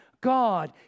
God